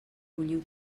bulliu